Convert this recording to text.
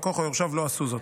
והלקוח או יורשיו לא עשו זאת.